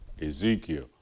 Ezekiel